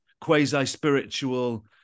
quasi-spiritual